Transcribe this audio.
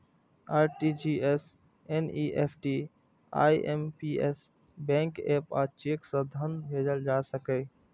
RTGS, NEFT, IMPS, bank app आ cheque सं धन भेजल जा सकैए